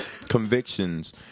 Convictions